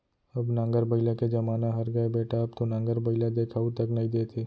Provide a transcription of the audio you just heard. अब नांगर बइला के जमाना हर गय बेटा अब तो नांगर बइला देखाउ तक नइ देत हे